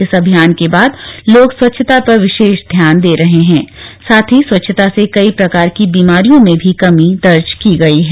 इस अभियान के बाद लोगों स्वच्छता पर विशेष ध्यान दे रहे हैं साथ ही स्वच्छता से कई प्रकार की बीमारियों में भी कमी दर्ज की गई है